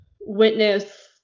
witness